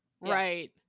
right